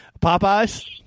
Popeyes